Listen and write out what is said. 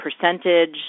percentage